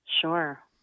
Sure